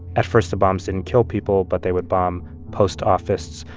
at first, the bombs didn't kill people, but they would bomb post offices,